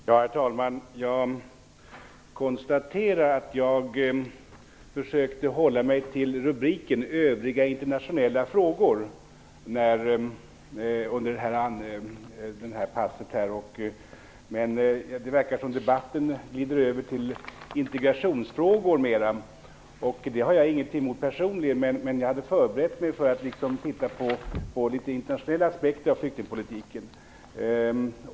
Herr talman! Jag konstaterar att jag försökte hålla mig till rubriken Övriga internationella frågor i denna del av debatten, men det verkar som om debatten mera glider över till integrationsfrågor. Jag har personligen ingenting emot detta, men jag hade förberett mig för att gå in på internationella aspekter och flyktingpolitiken.